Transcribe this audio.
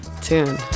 tune